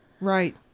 Right